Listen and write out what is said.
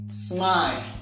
Smile